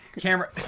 Camera